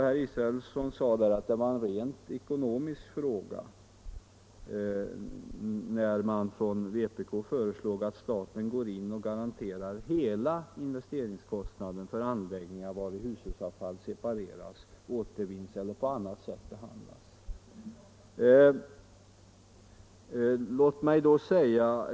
Herr Israelsson sade att det var en rent ekonomisk fråga när man från vpk föreslår att staten skall gå in och garantera hela investeringskostnaden för anläggningar där hushållsavfall separeras, återvinns eller på annat sätt behandlas.